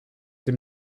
him